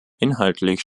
inhaltlich